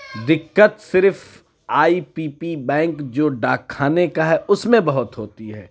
دقت صرف I P P bank جو ڈاک کھانے کا ہے اُس میں بہت ہوتی ہے